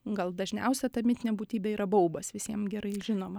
gal dažniausia ta mitinė būtybė yra baubas visiem gerai žinoma